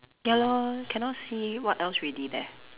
ya lor cannot see what else already leh